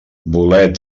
bolet